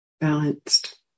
balanced